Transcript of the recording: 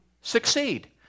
succeed